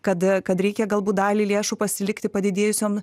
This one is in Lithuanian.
kad kad reikia galbūt dalį lėšų pasilikti padidėjusiom